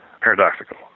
paradoxical